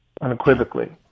unequivocally